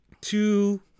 two